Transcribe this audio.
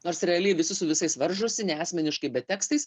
nors realiai visi su visais varžosi ne asmeniškai bet tekstais